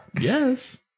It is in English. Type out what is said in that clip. Yes